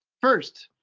first,